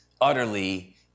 utterly